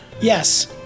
Yes